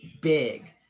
big